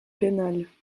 pénales